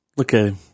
okay